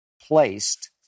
placed